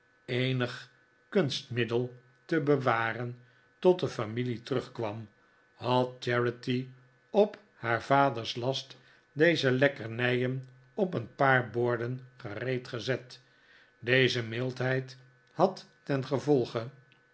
eenig kunstmiddel te bewaren tot de familie terugkwam had charity op haar vaders last deze lekkernijen op een paar borden gereed gezet deze mildheid had ten gevolge